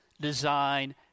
design